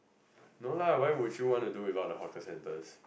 no lah why would you want to do without the hawker centres